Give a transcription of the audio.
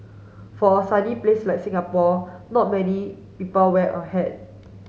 for a sunny place like Singapore not many people wear a hat